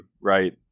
right